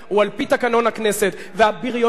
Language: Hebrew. והבריונות של חבר הכנסת רוני בר-און,